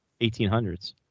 1800s